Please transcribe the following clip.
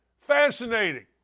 Fascinating